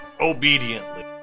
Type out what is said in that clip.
Obediently